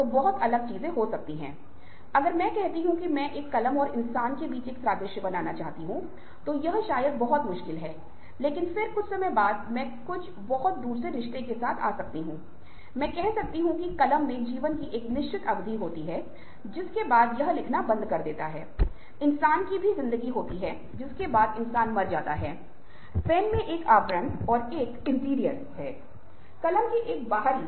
तो इच्छा होनी चाहिए और निश्चित रूप से यह कभी कभी मुश्किल होता है लेकिन अगर हम उस तरह की आकांक्षा और इच्छा रखते हैं और समझाने की कोशिश करते हैं तो शायद हम समस्या का समाधान पा सकते हैं हम समस्या को हल कर सकते हैं क्योंकि यह कहा गया है कि इस दुनिया में ऐसी कोई समस्या नहीं है जिस का कोई हल न हो